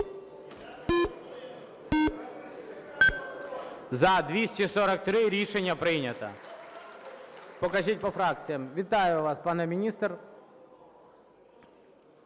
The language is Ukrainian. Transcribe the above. За-243 Рішення прийнято. Покажіть по фракціям. Вітаю вас, пане міністр.